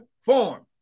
form